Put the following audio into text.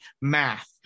math